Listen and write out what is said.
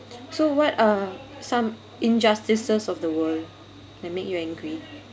so what are some injustices of the world that make you angry